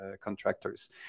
contractors